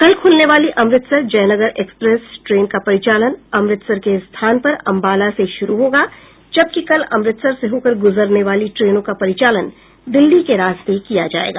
कल खुलने वाली अमृतसर जयनगर एक्सप्रेस ट्रेन का परिचालन अमृतसर के स्थान पर अम्बाला से शुरू होगा जबकि कल अमृतसर से होकर गुजरने वाली ट्रेनों का परिचान दिल्ली के रास्ते किया जायेगा